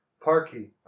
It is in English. Parky